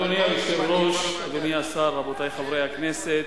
אדוני היושב-ראש, אדוני השר, רבותי חברי הכנסת,